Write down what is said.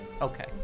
Okay